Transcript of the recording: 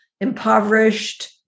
impoverished